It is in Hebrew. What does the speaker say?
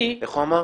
איך הוא אמר?